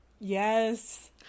Yes